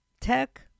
Tech